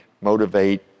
motivate